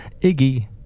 Iggy